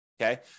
okay